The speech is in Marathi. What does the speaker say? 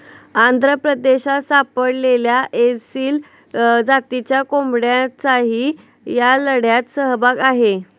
आंध्र प्रदेशात सापडलेल्या एसील जातीच्या कोंबड्यांचाही या लढ्यात सहभाग आहे